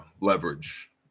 leverage